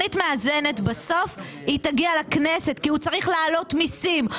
מאזנת בסוף תגיע לכנסת כי הוא צריך להעלות מיסים,